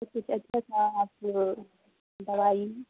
کچھ کچھ اچھا سا آپ دوائی